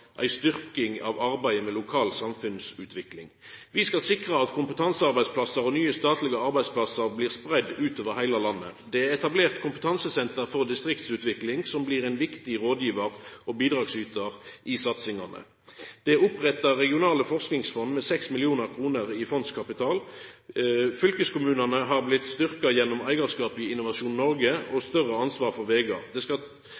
Vi skal sikra at kompetansearbeidsplassar og nye statlege arbeidsplassar blir spreidde utover heile landet. Det er etablert kompetansesenter for distriktsutvikling, som blir ein viktig rådgjevar og bidragsytar i satsingane. Det er oppretta regionale forskingsfond med 6 mill. kr i fondskapital. Fylkeskommunane har blitt styrkte gjennom eigarskap i Innovasjon Norge og større ansvar for vegar. Det skal